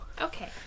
Okay